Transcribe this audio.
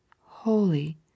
Holy